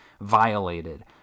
violated